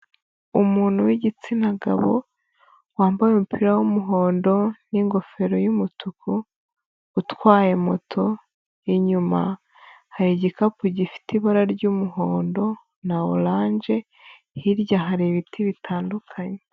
Umuntu w'igitsina gabo wambaye umupira w'umuhondo n'ingofero y'umutuku, utwaye moto, inyuma hari igikapu gifite ibara ry'umuhondo na oranje, hirya hari ibiti bitandukanye.